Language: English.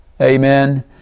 amen